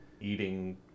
eating